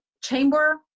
chamber